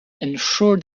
ensure